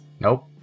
Nope